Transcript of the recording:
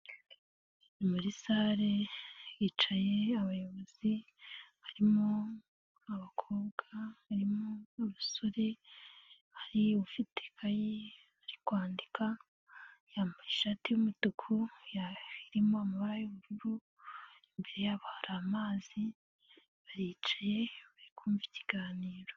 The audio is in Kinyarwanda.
Muri sare hicaye abayobozi, harimo abakobwa, harimo abasore, hari ufite ikayi ari kwandika yambaye ishati y'umutuku irimo amabara y'ubururu, imbere yabo hari amazi baricaye bari kumvamva ikiganiro.